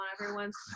everyone's